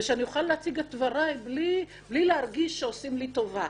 ושאני אוכל להציג את דבריי בלי להרגיש שעושים לי טובה.